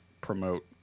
promote